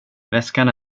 väskan